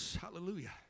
hallelujah